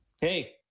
hey